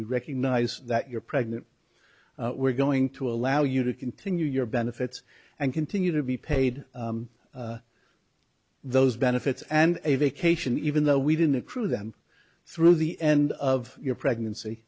recognize that you're pregnant we're going to allow you to continue your benefits and continue to be paid those benefits and a vacation even though we didn't accrue them through the end of your pregnancy